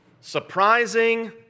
surprising